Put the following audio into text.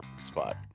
spot